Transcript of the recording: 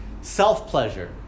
self-pleasure